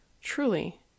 Truly